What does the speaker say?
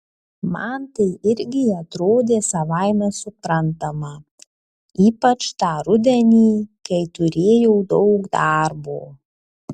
man tai irgi atrodė savaime suprantama ypač tą rudenį kai turėjau tiek daug darbo